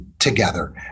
together